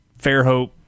Fairhope